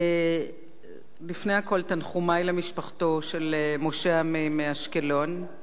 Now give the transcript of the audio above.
לפני הכול, תנחומי למשפחתו של משה עמי מאשקלון,